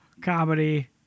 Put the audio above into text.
comedy